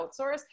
outsource